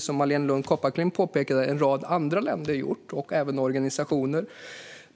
Som Marléne Lund Kopparklint påpekade har en rad andra länder och även organisationer